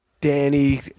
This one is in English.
Danny